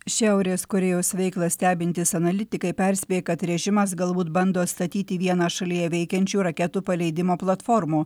šiaurės korėjos veiklą stebintys analitikai perspėja kad režimas galbūt bando statyti vieną šalyje veikiančių raketų paleidimo platformų